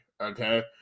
okay